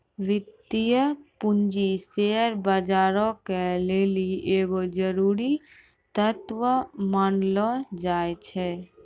वित्तीय पूंजी शेयर बजारो के लेली एगो जरुरी तत्व मानलो जाय छै